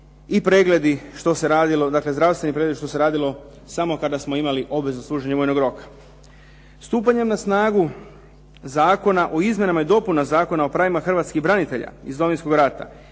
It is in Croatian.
i pregledi što se radilo, dakle zdravstveni pregledi što se radilo samo kada smo imali obvezu služenja vojnog roka. Stupanjem na snagu Zakona o izmjenama i dopunama Zakona o pravima hrvatskih branitelja iz Domovinskog rata